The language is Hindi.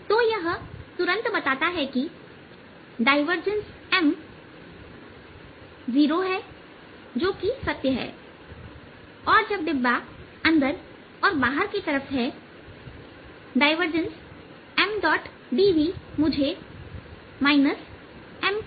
तो इसका तात्पर्य है कि अंदर के लिए डायवर्जेंस M0 है जो कि सत्य है और जब डिब्बा अंदर और बाहर की तरफ है डायवर्जेंस Mdv मुझे Mcosϕदेता है